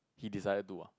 he decided to ah